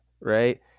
right